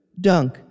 dunk